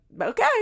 okay